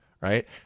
Right